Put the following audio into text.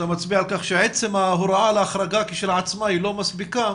ואתה מצביע על כך שעצם ההוראה על החרגה כשלעצמה היא לא מספיקה,